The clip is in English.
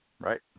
Right